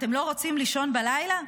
אתם לא רוצים לישון בלילה?